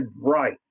right